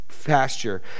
Pasture